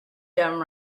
dumb